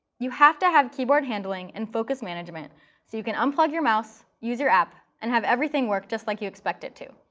you have to have keyboard handling and focus management so you can unplug your mouse, use your app, and have everything work just like you expect it to.